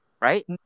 right